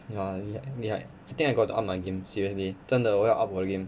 ya 厉害厉害 I think I got to up my game seriously 真的我要 up 我的 game